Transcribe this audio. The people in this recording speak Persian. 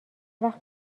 وقت